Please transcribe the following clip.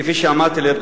כפי שאמרתי,